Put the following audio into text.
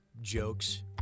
jokes